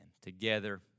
Together